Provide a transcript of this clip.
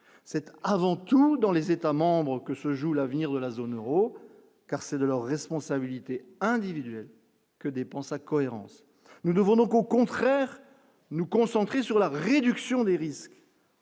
c'était avant tout dans les États membres, que se joue l'avenir de la zone Euro, car c'est de leur responsabilité individuelle que dépend sa cohérence, nous devons donc au contraire nous concentrer sur la réduction des risques.